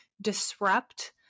disrupt